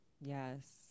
Yes